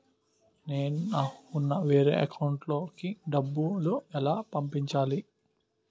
నేను నాకు ఉన్న వేరే అకౌంట్ లో కి డబ్బులు ఎలా పంపించాలి?